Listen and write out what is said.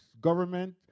government